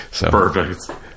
Perfect